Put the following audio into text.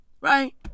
right